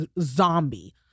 zombie